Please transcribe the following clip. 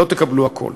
לא תקבלו הכול.